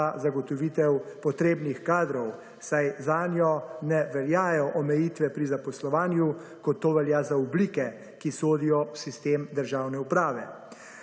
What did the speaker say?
za zagotovitev potrebnih kadrov, saj zanjo ne veljajo omejitve pri zaposlovanju kot to velja za oblike, ki sodijo v sistem državne uprave.